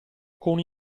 con